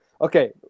Okay